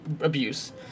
abuse